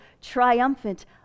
triumphant